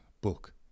book